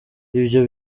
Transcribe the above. ibyo